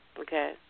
Okay